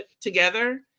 together